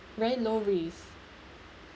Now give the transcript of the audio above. very low risk